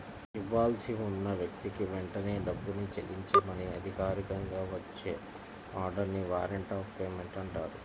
ఇవ్వాల్సి ఉన్న వ్యక్తికి వెంటనే డబ్బుని చెల్లించమని అధికారికంగా వచ్చే ఆర్డర్ ని వారెంట్ ఆఫ్ పేమెంట్ అంటారు